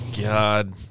God